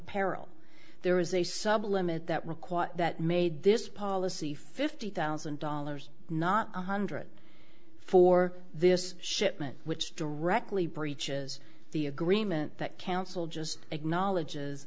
apparel there was a sub limit that required that made this policy fifty thousand dollars not one hundred for this shipment which directly breaches the agreement that council just acknowledges